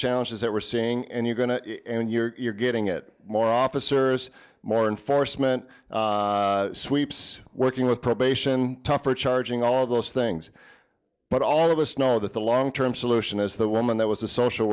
challenges that we're seeing and you're going to and you're getting it more officers more in force meant sweeps working with probation tougher charging all of those things but all of us know that the long term solution is the woman that was a social